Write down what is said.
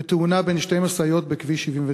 בתאונה בין שתי משאיות בכביש 79,